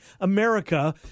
America